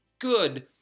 good